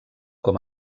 com